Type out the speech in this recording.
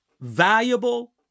valuable